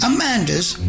Amanda's